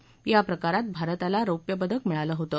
हे या प्रकरात भारताला रौप्य पदक मिळालं होतं